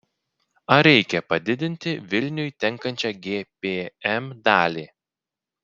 ar reikia padidinti vilniui tenkančią gpm dalį